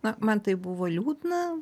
na man tai buvo liūdna